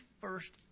first